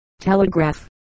telegraph